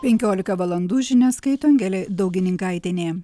penkiolika valandų žinias skaito angelė daugininkaitienė